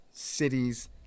Cities